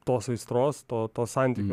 tos aistros to to santykio